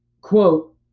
Quote